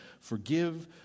forgive